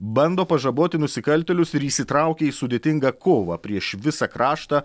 bando pažaboti nusikaltėlius ir įsitraukia į sudėtingą kovą prieš visą kraštą